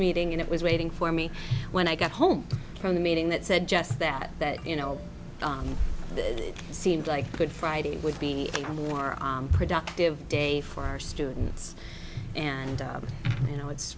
meeting and it was waiting for me when i got home from the meeting that said just that that you know it seemed like a good friday would be a more productive day for our students and you know it's